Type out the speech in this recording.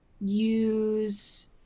use